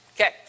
Okay